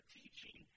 teaching